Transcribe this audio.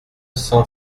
cent